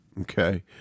Okay